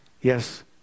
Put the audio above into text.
Yes